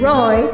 Roy